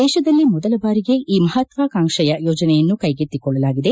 ದೇಶದಲ್ಲೇ ಮೊದಲ ಬಾರಿಗೆ ಈ ಮಹಾತ್ವಾಕಾಂಕ್ಷೆಯ ಯೋಜನೆಯನ್ನು ಕೈಗೆತ್ತಿಕೊಳ್ಳಲಾಗಿದೆ